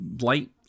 light